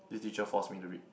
this teacher force me to read